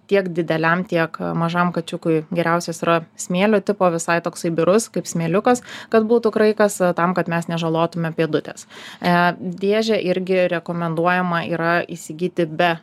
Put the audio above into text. tiek dideliam tiek mažam kačiukui geriausias yra smėlio tipo visai toksai birus kaip smėliukas kad būtų kraikas tam kad mes nežalotume pėdutės ee dėžę irgi rekomenduojama yra įsigyti be